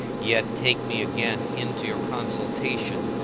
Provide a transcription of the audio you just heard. yet take me again into your consultation,